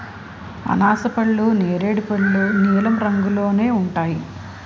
అనాసపళ్ళు నేరేడు పళ్ళు నీలం రంగులోనే ఉంటాయి